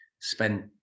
spent